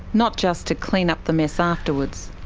not just to clean up the mess afterwards.